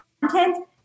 content